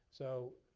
so,